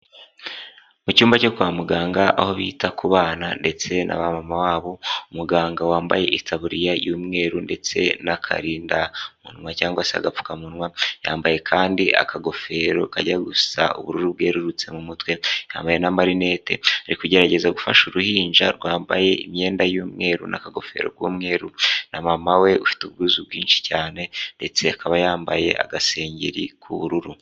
Mu cyumba cyo kwa muganga, aho bita ku bana ndetse na ba mama wabo, umuganga wambaye iaburiya y'umweru ndetse n'akarindamunwa cyangwa se agapfukamunwa, yambaye kandi akagofero kajya gusa ubururu bwererutse mu mutwe, yambaye n'amarinete. Ari kugerageza gufasha uruhinja rwambaye imyenda y'umweru n'akagofero k'umweru, na mama we ufite ubwuzu bwinshi cyane, ndetse akaba yambaye agasengeri k'ubururu.